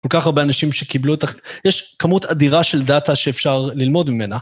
כל כך הרבה אנשים שקיבלו אותך, יש כמות אדירה של דאטה שאפשר ללמוד ממנה.